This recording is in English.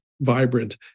vibrant